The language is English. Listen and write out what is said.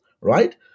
right